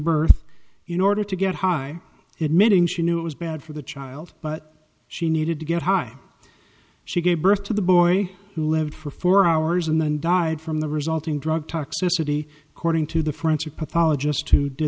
birth in order to get high admitting she knew it was bad for the child but she needed to get high she gave birth to the boy who lived for four hours and then died from the resulting drug toxicity according to the forensic pathologist who d